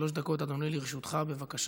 שלוש דקות, אדוני, לרשותך, בבקשה.